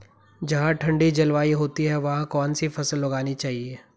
जहाँ ठंडी जलवायु होती है वहाँ कौन सी फसल उगानी चाहिये?